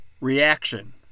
reaction